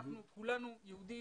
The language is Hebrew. כולנו יהודים,